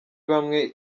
bamwe